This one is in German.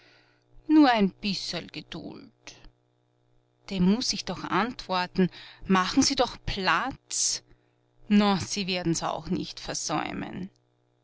nur ein bisserl geduld dem muß ich doch antworten machen sie doch platz na sie werden's auch nicht versäumen